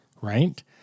Right